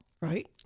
Right